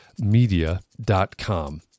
media.com